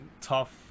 tough